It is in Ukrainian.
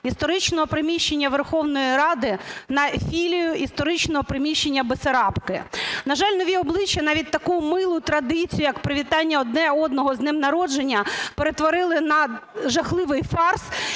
історичного приміщення Верховної Ради на філію історичного приміщення Бессарабки. На жаль, нові обличчя навіть таку милу традицію, як привітання одне одного з днем народження, перетворили на жахливий фарс